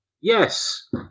Yes